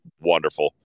wonderful